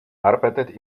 arbeitet